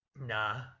nah